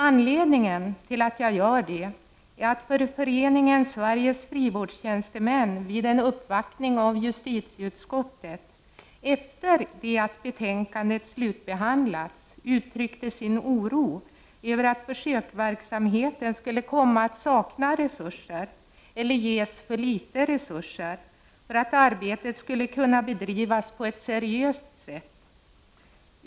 Anledningen till att jag gör det, är att Föreningen Sveriges frivårdstjänstemän vid en uppvaktning av justitieutskottet, efter det att betänkandet slutbehandlats, uttryckte sin oro över att försöksverksamheten skulle komma att sakna resurser, eller ges för litet resurser, för att arbetet skulle kunna bedrivas på ett seriöst sätt.